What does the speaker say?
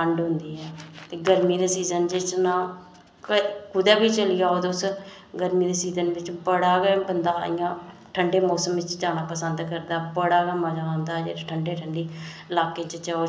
इद्धर गर्मी दे सीज़न च ना कुदै बी चली जाओ तुस गर्मी दे सीज़न बिच बड़ा गै बंदा इं'या ठंडे मौसम बिच जाना पसंद करदा बड़ा गै मज़ा औंदा ठंडे ठंडे ल्हाके च जाओ